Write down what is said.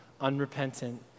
unrepentant